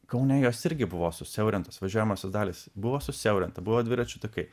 kaune jos irgi buvo susiaurintos važiuojamosios dalys buvo susiaurinta buvo dviračių takai